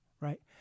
right